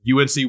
UNC